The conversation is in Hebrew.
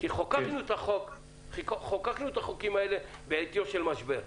כי חוקקנו את החוקים האלה בעטיו של משבר,